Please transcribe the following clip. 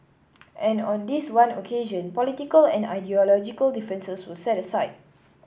and on this one occasion political and ideological differences were set aside